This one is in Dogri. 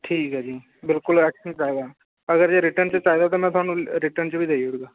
एह् ठीक ऐ भी अगर तुस मिगी रिटन च बी आक्खगे ना ते में रिटन च बी देगा